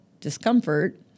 discomfort